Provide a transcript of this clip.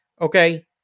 Okay